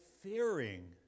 fearing